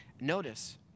Notice